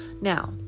Now